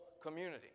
community